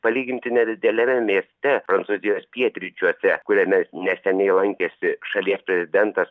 palyginti nedideliame mieste prancūzijos pietryčiuose kuriame neseniai lankėsi šalies prezidentas